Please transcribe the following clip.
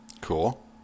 cool